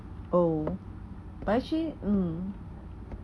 oh but actually mm